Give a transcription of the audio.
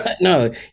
No